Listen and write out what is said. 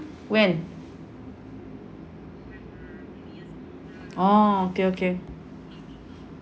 when oh okay okay